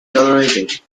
tolerated